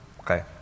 okay